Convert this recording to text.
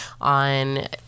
On